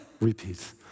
repeat